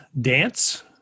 dance